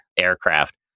aircraft